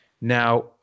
Now